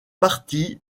partie